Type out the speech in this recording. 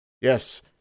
Yes